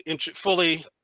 fully